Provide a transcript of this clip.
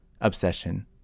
obsession